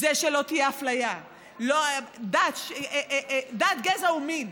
שלא תהיה אפליה, דת, גזע ומין.